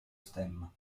stemma